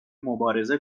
مبارزه